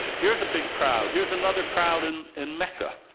here's a big crowd. here's another crowd and in mecca.